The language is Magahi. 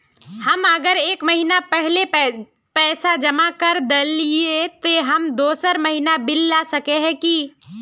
हम अगर एक महीना पहले पैसा जमा कर देलिये ते हम दोसर महीना बिल ला सके है की?